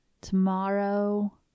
Tomorrow